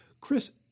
Chris